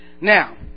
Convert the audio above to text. Now